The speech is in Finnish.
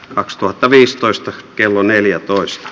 kaksituhattaviisitoista kello neljätoista